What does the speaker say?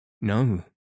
No